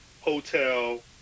hotel